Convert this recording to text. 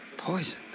Poison